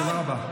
תודה רבה.